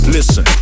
Listen